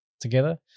together